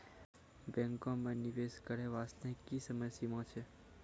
बैंको माई निवेश करे बास्ते की समय सीमा छै?